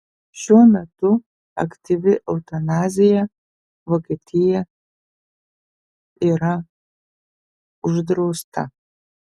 šiuo metu aktyvi eutanazija vokietija yra uždrausta